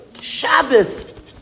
Shabbos